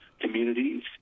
communities